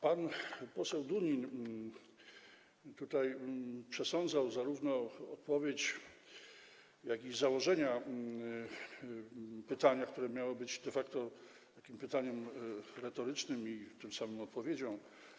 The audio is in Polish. Pan poseł Dunin tutaj przesądzał zarówno odpowiedź, jak i założenia pytania, które miało być de facto pytaniem retorycznym i tym samym odpowiedzią.